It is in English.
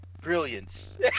Brilliance